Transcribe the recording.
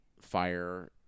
Fire